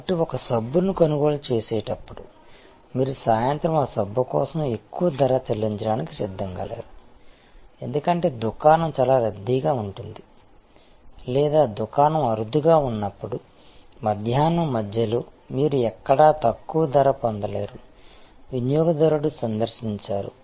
కాబట్టి ఒక సబ్బును కొనుగోలు చేసేటప్పుడు మీరు సాయంత్రం ఆ సబ్బు కోసం ఎక్కువ ధర చెల్లించడానికి సిద్ధంగా లేరు ఎందుకంటే దుకాణం చాలా రద్దీగా ఉంటుంది లేదా దుకాణం రద్దీ తక్కువ గా ఉన్నప్పుడు మధ్యాహ్నం మధ్యలో మీరు ఎక్కడా తక్కువ ధర పొందలేరు వినియోగదారుడు సందర్శించారు